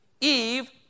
Eve